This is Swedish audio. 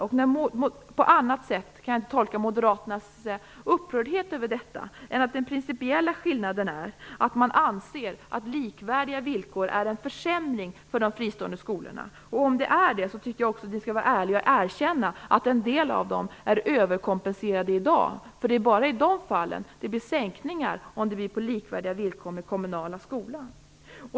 Jag kan inte tolka Moderaternas upprördhet över detta på annat sätt än att den principiella skillnaden är att man anser att likvärdiga villkor är en försämring för de fristående skolorna. Om det är vad ni anser, tycker jag att ni också skall vara ärliga och erkänna att en del av de fristående skolorna i dag är överkompenserade. Det är nämligen bara i de fallen som det blir fråga om sänkningar om de i stället skall få villkor som är likvärdiga med villkoren för den kommunala skolan.